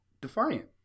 Defiant